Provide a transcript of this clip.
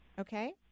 Okay